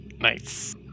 Nice